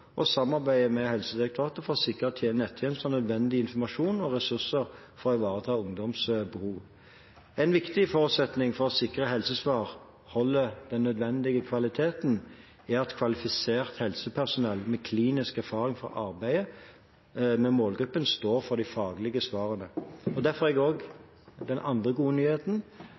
og samarbeider med Helsedirektoratet for å sikre at nettjenesten har nødvendig informasjon og ressurser for å ivareta ungdoms behov. En viktig forutsetning for å sikre at helsesvar holder den nødvendige kvaliteten, er at kvalifisert helsepersonell med klinisk erfaring fra arbeidet med målgruppen står for de faglige svarene. Den andre gode nyheten, som jeg